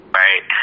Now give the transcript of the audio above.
right